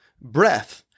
breath